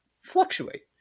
fluctuate